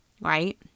right